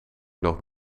nog